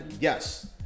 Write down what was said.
Yes